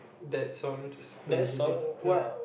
that's all I do crazily ya